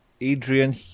adrian